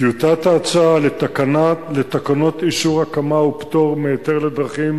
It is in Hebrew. טיוטת ההצעה לתקנות אישור הקמה ופטור מהיתר לדרכים